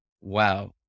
Wow